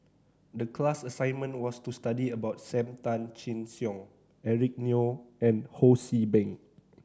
the class assignment was to study about Sam Tan Chin Siong Eric Neo and Ho See Beng